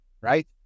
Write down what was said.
right